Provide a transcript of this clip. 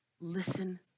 listen